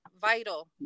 vital